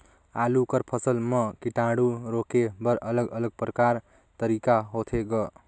आलू कर फसल म कीटाणु रोके बर अलग अलग प्रकार तरीका होथे ग?